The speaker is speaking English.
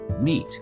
meet